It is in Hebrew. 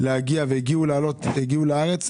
הם הגיעו לארץ,